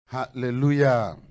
Hallelujah